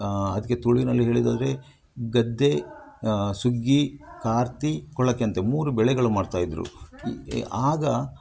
ಅದಕ್ಕೆ ತುಳುವಿನಲ್ಲಿ ಹೇಳುವುದಾದ್ರೆ ಗದ್ದೆ ಸುಗ್ಗಿ ಕಾರ್ತಿ ಕೊಳಕೆ ಅಂತೆ ಮೂರು ಬೆಳೆಗಳು ಮಾಡ್ತಾಯಿದ್ರು ಆಗ